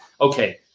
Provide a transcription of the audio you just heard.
okay